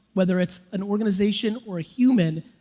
whether it's an organization or a human,